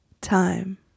Time